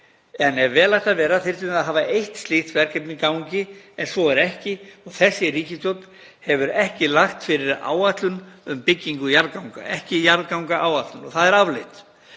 en ef vel ætti að vera þyrftum við að hafa eitt slíkt verkefni í gangi, en svo er ekki. Þessi ríkisstjórn hefur ekki lagt fyrir áætlun um byggingu jarðganga, ekki jarðgangaáætlun, og það er afleitt.